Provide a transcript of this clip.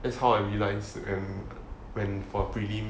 that's how I realize when when for prelim